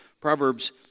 Proverbs